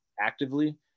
actively